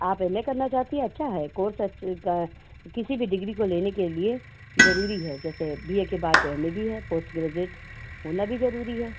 आप M A करना चाहती हैं अच्छा है कोर्स किसी भी डिग्री को लेने के लिए ज़रूरी है जैसे बीए के बाद एम ए भी है पोस्ट ग्रैजुएट होना भी जरूरी है